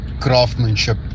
craftsmanship